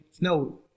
no